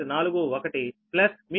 41ప్లస్ మీ మొదటిది